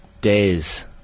days